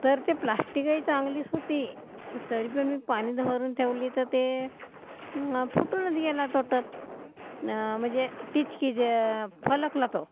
तर ती प्लास्टिकही चांगलीच होती तरी पण मी पाणी धरून ठेवली तर ते फुटूनच गेला तो टब म्हणजे टिचकी ज फलकला तो